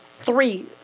three